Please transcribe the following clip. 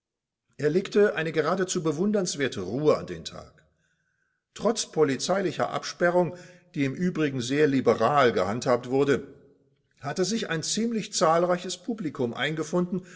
er legte eine geradezu bewundernswerte ruhe an den tag trotz polizeilicher absperrung die im übrigen sehr liberal gehandhabt wurde hatte sich ein ungemein zahlreiches publikum eingefunden